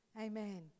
Amen